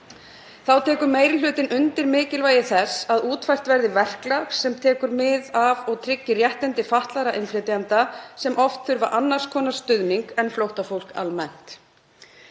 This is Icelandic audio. Þá tekur meiri hlutinn undir mikilvægi þess að útfært verði verklag sem tekur mið af og tryggir réttindi fatlaðra innflytjenda sem oft þurfa annars konar stuðning en flóttafólk almennt.